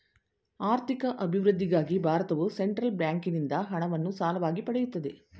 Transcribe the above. ಆರ್ಥಿಕ ಅಭಿವೃದ್ಧಿಗಾಗಿ ಭಾರತವು ಸೆಂಟ್ರಲ್ ಬ್ಯಾಂಕಿಂದ ಹಣವನ್ನು ಸಾಲವಾಗಿ ಪಡೆಯುತ್ತದೆ